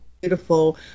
beautiful